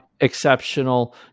exceptional